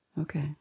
Okay